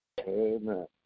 Amen